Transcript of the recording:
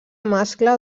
mascle